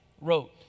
wrote